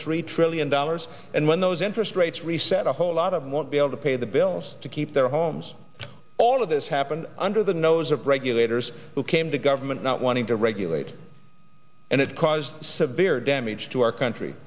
three trillion dollars and when those interest rates reset a whole lot of won't be able to pay the bills to keep their homes all of this happened under the nose of regulators who came to government not wanting to regulate and it caused severe damage to our country